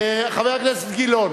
חבר הכנסת גילאון,